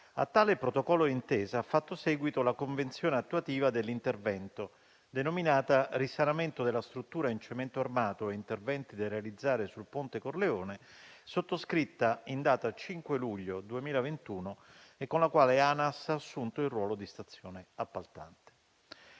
A tale protocollo d'intesa ha fatto seguito la convenzione attuativa dell'intervento, denominata «Risanamento della struttura in cemento armato e interventi da realizzare sul ponte Corleone», sottoscritta in data 5 luglio 2021, con la quale ANAS ha assunto il ruolo di stazione appaltante.